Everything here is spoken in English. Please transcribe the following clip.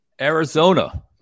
Arizona